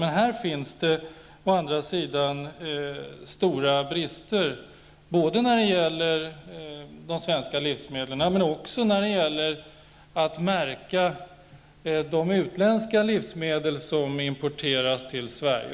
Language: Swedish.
Men här finns det å andra sidan stora brister när det gäller märkning både av de svenska livsmedlen och av de utländska livsmedel som importeras till Sverige.